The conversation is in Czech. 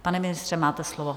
Pane ministře, máte slovo.